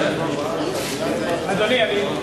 28),